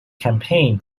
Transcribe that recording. campaign